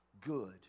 good